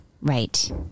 Right